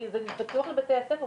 זה פתוח לבתי הספר,